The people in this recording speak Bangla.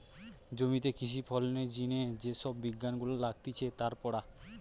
জমিতে কৃষি ফলনের জিনে যে সব বিজ্ঞান গুলা লাগতিছে তার পড়া